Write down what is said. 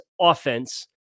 offense